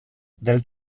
del